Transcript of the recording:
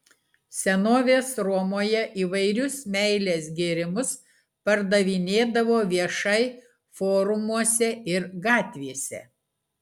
senovės romoje įvairius meilės gėrimus pardavinėdavo viešai forumuose ir gatvėse